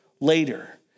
later